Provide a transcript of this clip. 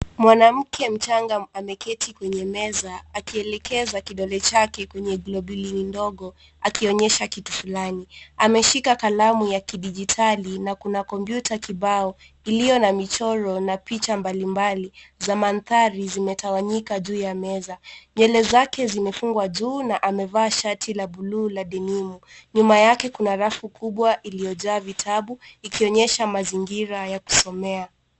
Mwanamke mchanga ameketi kwenye meza akielekeza kidole chake kwenye globoli ndogo akionyesha kitu flani ameshika kalamu ya kidijitali na kuna kompyuta kibao iliyo na michoro na picha mbalimbali za mandhari zimetawanyika juu ya meza. Nywele zake zimefungwa juu na amevaa shati la bluu la denimu. Nyuma yake kuna rafu kubwa iliyo jaa vitabu ikionyesha mazingira ya kusomea.